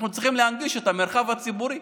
אנחנו צריכים להנגיש את המרחב הציבורי